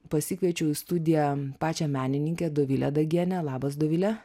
pasikviečiau į studiją pačią menininkę dovilę dagienę labas dovile